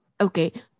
Okay